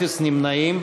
אפס נמנעים.